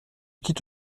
quitte